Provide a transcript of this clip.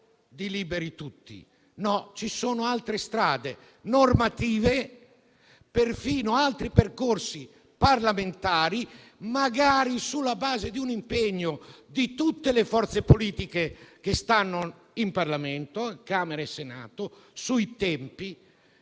Ci sono altre strade normative e perfino altri percorsi parlamentari, magari sulla base di un impegno sui tempi da parte di tutte le forze politiche che stanno in Parlamento (Camera e Senato), per vedere